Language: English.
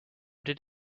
did